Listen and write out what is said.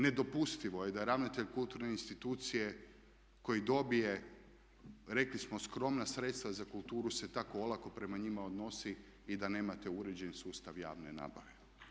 Nedopustivo je da ravnatelj kulturne institucije koji dobije, rekli smo skromna sredstva za kulturu se tako olako prema njima odnosi i da nemate uređen sustav javne nabave.